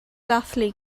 dathlu